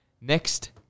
next